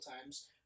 times